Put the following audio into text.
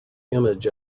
image